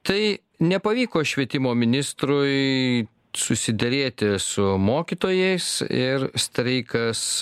tai nepavyko švietimo ministrui susiderėti su mokytojais ir streikas